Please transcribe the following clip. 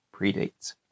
predates